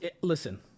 listen